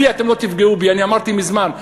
בי אתם לא תפגעו, אני אמרתי מזמן.